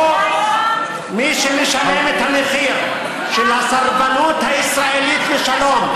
מי שמשלם את המחיר של הסרבנות הישראלית לשלום,